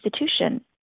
institution